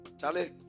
Charlie